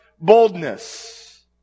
boldness